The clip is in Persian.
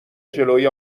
جلوی